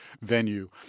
venue